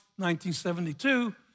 1972